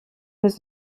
was